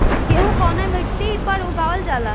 गेहूं कवना मिट्टी पर उगावल जाला?